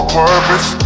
purpose